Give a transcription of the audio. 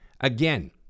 Again